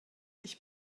ich